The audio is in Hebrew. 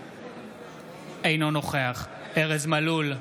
אינו נוכח ארז מלול,